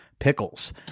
pickles